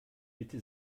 bitte